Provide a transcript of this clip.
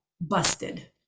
busted